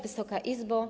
Wysoka Izbo!